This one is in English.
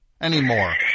anymore